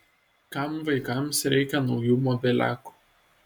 kam vaikams reikia naujų mobiliakų